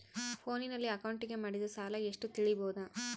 ಫೋನಿನಲ್ಲಿ ಅಕೌಂಟಿಗೆ ಮಾಡಿದ ಸಾಲ ಎಷ್ಟು ತಿಳೇಬೋದ?